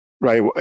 right